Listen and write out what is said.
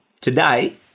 today